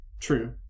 true